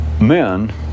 men